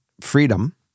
freedom